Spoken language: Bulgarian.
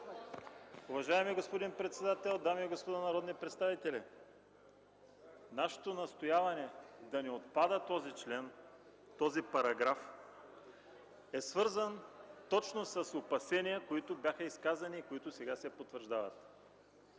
Уважаеми господин председател, уважаеми дами и господа народни представители! Нашето настояване да не отпада този член, този параграф, е свързан точно с изказаните опасения, които сега се потвърждават.